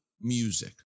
music